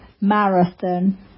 marathon